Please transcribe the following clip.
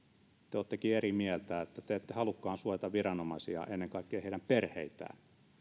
te olettekin eri mieltä te ette haluakaan suojata viranomaisia ja ennen kaikkea heidän perheitään